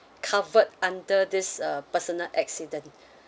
covered under this uh personal accident